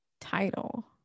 title